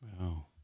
Wow